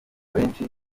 benshi